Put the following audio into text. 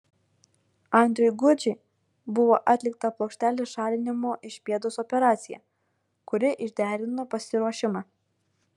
andriui gudžiui buvo atlikta plokštelės šalinimo iš pėdos operacija kuri išderino pasiruošimą